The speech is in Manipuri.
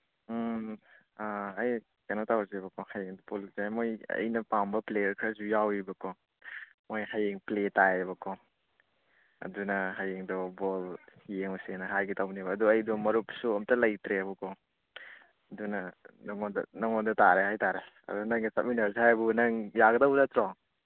ꯎꯝ ꯑꯩ ꯀꯩꯅꯣ ꯇꯧꯔꯁꯦꯕ ꯀꯣ ꯍꯌꯦꯡ ꯄꯨꯜꯂꯁꯦ ꯃꯣꯏ ꯑꯩꯅ ꯄꯥꯝꯕ ꯄ꯭ꯂꯦꯌꯥꯔ ꯈꯔꯁꯨ ꯌꯥꯎꯔꯤꯕꯀꯣ ꯃꯣꯏ ꯍꯌꯦꯡ ꯄ꯭ꯂꯦ ꯇꯥꯏꯌꯦꯕ ꯀꯣ ꯑꯗꯨꯅ ꯍꯌꯦꯡꯗꯣ ꯕꯣꯜ ꯌꯦꯡꯉꯨꯁꯦꯅ ꯍꯥꯏꯒꯦ ꯇꯧꯅꯦꯕ ꯑꯗꯨ ꯑꯩꯗꯣ ꯃꯔꯨꯞꯁꯨ ꯑꯝꯇ ꯂꯩꯇ꯭ꯔꯦꯕꯀꯣ ꯑꯗꯨꯅ ꯅꯪꯉꯣꯟꯗ ꯅꯪꯉꯣꯟꯗ ꯇꯥꯔꯦ ꯍꯥꯏ ꯇꯥꯔꯦ ꯑꯗꯨ ꯅꯪꯒ ꯆꯠꯃꯤꯟꯅꯔꯨꯁꯦ ꯍꯥꯏꯕꯨ ꯅꯪ ꯌꯥꯒꯗꯧꯕ ꯅꯠꯇ꯭ꯔꯣ